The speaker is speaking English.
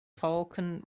falcon